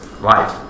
life